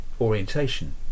orientation